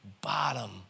bottom